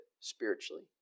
spiritually